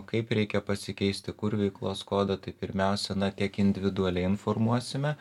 kaip reikia pasikeisti kur veiklos kodą tai pirmiausia na tiek individualiai informuosime